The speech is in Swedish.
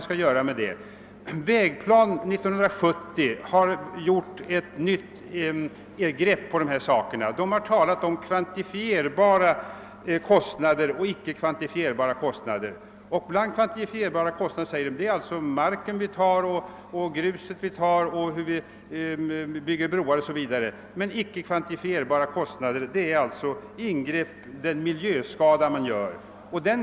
I Vägplan 70 har man tagit ett nytt grepp på denna fråga. Där talas dels om kvantifierbara kostnader, dels om icke kvantifierbara kostnader. Till de kvantifierbara kostnaderna hör mark, grus osv. som utnyttjas, byggande av broar osv. De icke kvantifierbara kostnaderna utgörs av den miljöskada man åstadkommer.